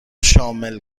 شامل